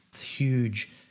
huge